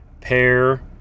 pair